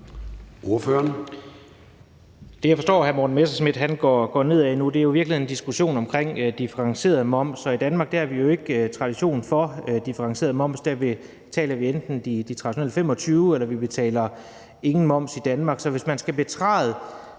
vej, jeg forstår hr. Morten Messerschmidt går ned ad nu, er jo i virkeligheden diskussionen om differentieret moms. Og i Danmark har vi jo ikke tradition for differentieret moms. Der betaler vi enten de traditionelle 25 pct., eller vi betaler ingen moms.